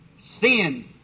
sin